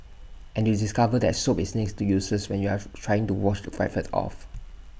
and you discover that soap is next to useless when you're trying to wash the graphite off